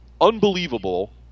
unbelievable